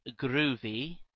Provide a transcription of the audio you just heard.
groovy